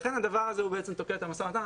לכן הדבר הזה תוקע את המשא ומתן.